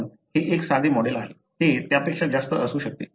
पण हे एक साधे मॉडेल आहे ते त्यापेक्षा जास्त असू शकते